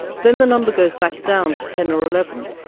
but then the number goes back down to ten or eleven,